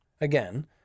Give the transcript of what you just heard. Again